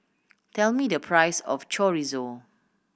tell me the price of Chorizo